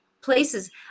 places